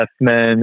men